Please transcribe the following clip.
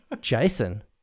jason